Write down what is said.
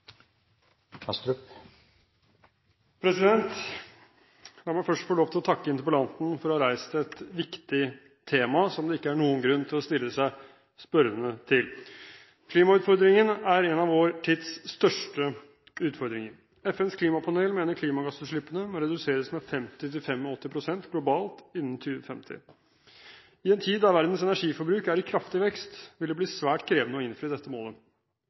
La meg først få lov til å takke interpellanten for å ha reist et viktig tema, som det ikke er noen grunn til å stille seg spørrende til. Klimautfordringen er en av vår tids største utfordringer. FNs klimapanel mener klimagassutslippene må reduseres med 50–85 pst. globalt innen 2050. I en tid der verdens energiforbruk er i kraftig vekst, vil det bli svært krevende å innfri dette målet.